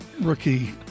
Rookie